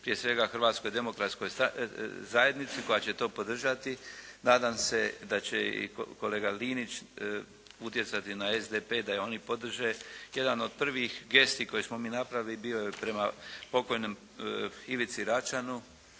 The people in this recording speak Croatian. prije svega Hrvatskoj demokratskoj zajednici koja će to podržati. Nadam se da će i kolega Linić utjecati na SDP da i oni podrže. Jedan od prvih gesti koje smo mi napravili bio je prema pokojnom Ivici Račanu.